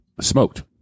smoked